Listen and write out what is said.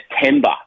September